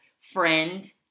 friend